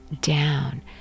down